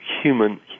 human